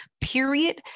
period